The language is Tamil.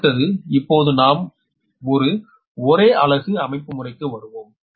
அடுத்தது இப்போது நாம் ஒரு ஒரே அலகு அமைப்புமுறைக்கு வருவோம்